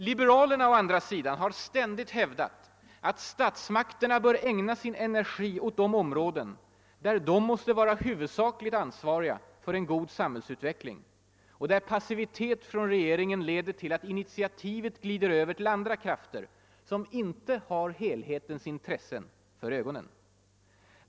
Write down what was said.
Liberalerna å andra sidan har ständigt hävdat att statsmakterna bör ägna sin energi åt de områden där de måste vara huvudsakligt ansvariga för en god samhällsutveckling och där passivitet från regeringen leder till att initiativet glider över till andra krafter som inte har helhetens intressen för ögonen.